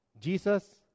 Jesus